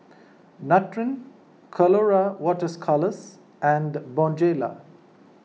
Nutren Colora Waters Colours and Bonjela